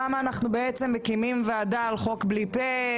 למה אנחנו מקימים ועדה על חוק בלי פ',